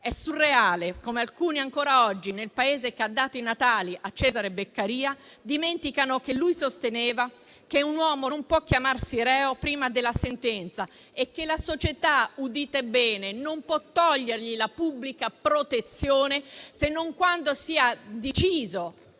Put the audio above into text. È surreale come alcuni ancora oggi, nel Paese che ha dato i natali a Cesare Beccaria, dimentichino che lui sosteneva che un uomo non può definirsi reo prima della sentenza e che la società - udite bene - non può togliergli la pubblica protezione, se non quando sia deciso